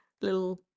little